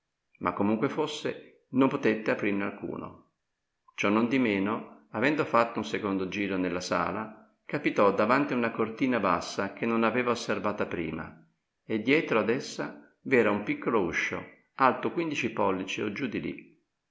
ma comunque fosse non potette aprirne alcuno ciò non di meno avendo fatto un secondo giro nella sala capitò davanti a una cortina bassa che non aveva osservata prima e dietro ad essa v'era un piccolo uscio alto quindici pollici o giù di lì